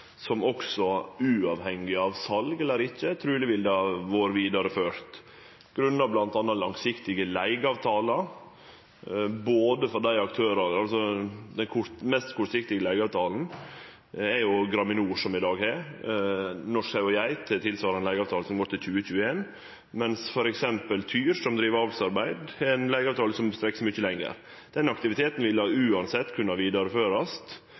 sal eller ikkje, truleg vil førast vidare, på grunn av bl.a. langsiktige leigeavtalar. Den mest kortsiktige leigeavtalen har Graminor i dag. Norsk Sau og Geit har ein tilsvarande leigeavtale, som går til 2021, mens f.eks. TYR, som driv med avlsarbeid, har ein leigeavtale som strekkjer seg mykje lenger. Denne aktiviteten